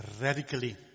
radically